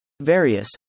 Various